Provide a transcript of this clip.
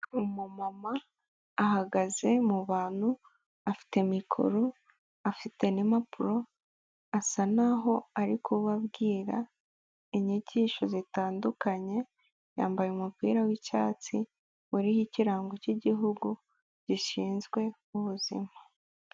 Umu mama ahagaze mu bantu, afite mikoro, afite n'impapuro, asa n'aho arikubabwira inyigisho zitandukanye, yambaye umupira w'icyatsi uriho ikirango cy'igihugu gishinzwe ubuzima.